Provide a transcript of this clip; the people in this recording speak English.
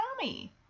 Tommy